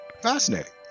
Fascinating